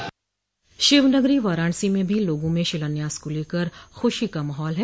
र शिवनगरी वाराणसी में भी लोगों में शिलान्यास को लेकर खुशी का माहौल है